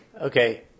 Okay